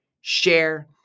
share